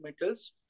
metals